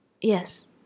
Yes